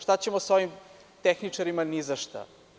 Šta ćemo sa ovim tehničarima ni za šta?